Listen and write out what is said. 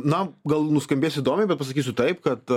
na gal nuskambės įdomiai bet pasakysiu taip kad